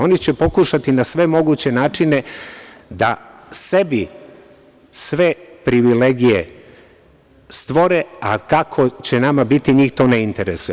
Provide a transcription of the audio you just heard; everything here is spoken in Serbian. Oni će pokušati na sve moguće načine da sebi sve privilegije stvore, a kako će nama biti, njih to ne interesuje.